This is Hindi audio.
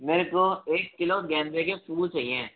मेरे को एक किलो गेंदे के फूल चाहिए